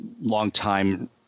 longtime